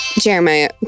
Jeremiah